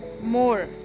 more